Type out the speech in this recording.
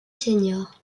senior